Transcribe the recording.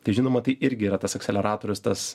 tai žinoma tai irgi yra tas akseleratorius tas